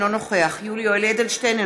אינו נוכח יולי יואל אדלשטיין,